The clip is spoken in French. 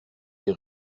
des